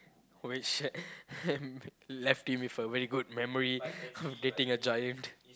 and left him with a very good memory of dating a giant